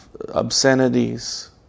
obscenities